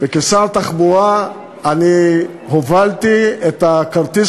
וכשר התחבורה אני הובלתי את כרטיס